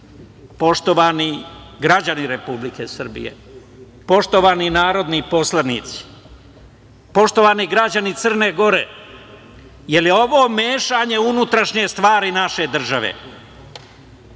citat. Poštovani građani Republike Srbije, poštovani narodni poslanici, poštovani građani Crne Gore, je li ovo mešanje u unutrašnje stvari naše države?